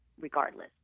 regardless